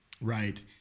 Right